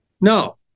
No